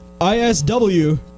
ISW